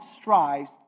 strives